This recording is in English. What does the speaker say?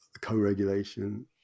co-regulation